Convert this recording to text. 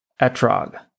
Etrog